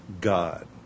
God